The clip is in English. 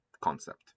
concept